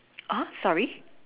ah sorry